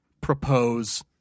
propose